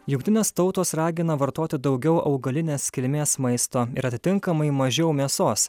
jungtinės tautos ragina vartoti daugiau augalinės kilmės maisto ir atitinkamai mažiau mėsos